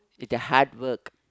it their hard work